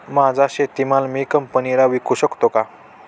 माझा शेतीमाल मी कंपनीला विकू शकतो का?